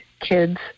kids